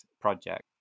project